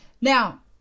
Now